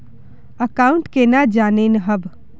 Account केना जाननेहव?